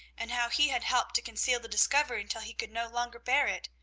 and how he had helped to conceal the discovery until he could no longer bear it.